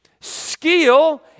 Skill